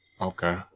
Okay